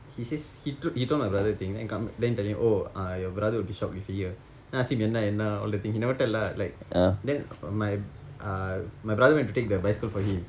he says he to~ told my brother everything then he come then he tell me oh ah your brother would be shocked if your here then I ask him என்ன என்ன:enna enna all that thing he never tell lah like then my uh my brother went to take the bicycle for him